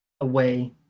away